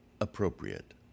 appropriate